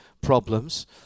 problems